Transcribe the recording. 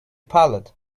pilot